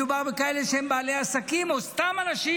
מדובר בכאלה שהם בעלי עסקים או סתם אנשים